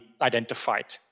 identified